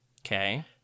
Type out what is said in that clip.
Okay